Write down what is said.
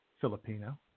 Filipino